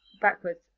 backwards